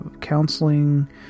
counseling